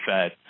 Fed